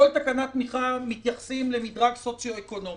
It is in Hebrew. בכל תקנת תמיכה מתייחסים למדרג סוציו אקונומי.